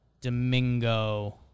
Domingo